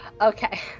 Okay